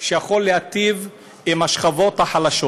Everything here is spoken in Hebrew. שיכול להיטיב עם השכבות החלשות.